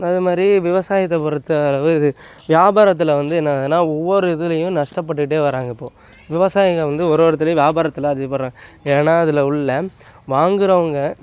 அது மாதிரி விவசாயத்தை பொறுத்த அளவு இது வியாபாரத்தில் வந்து என்ன ஏன்னா ஒவ்வொரு இதுலையும் நஷ்டப்பட்டுட்டே வர்றாங்க இப்போ விவசாயிங்க வந்து ஒரு ஒரு இதுலையும் வியாபாரத்தில் அது இது படுறாங்க ஏன்னா அதில் உள்ள வாங்குறவங்க